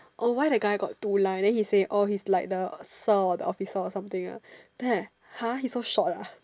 oh why the guy got two line then he say orh he's like the sir or the officer or something then I like !huh! he so short ah